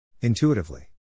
Intuitively